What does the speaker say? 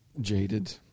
Jaded